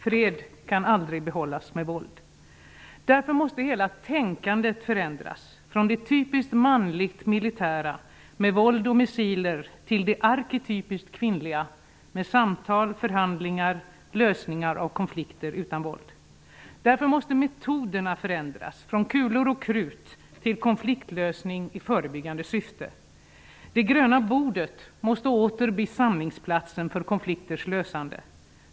Fred kan aldrig behållas med våld. Därför måste hela tänkandet förändras -- från det typiskt manligt militära med våld och missiler till det arketypiskt kvinnliga med samtal, förhandlingar och lösningar av konflikter utan våld. Därför måste metoderna förändras från kulor och krut till konfliktlösning i förebyggande syfte. ''Det gröna bordet'' måste åter bli samlingsplatsen för konflikters lösande.